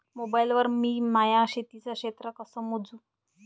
Mobile वर मी माया शेतीचं क्षेत्र कस मोजू?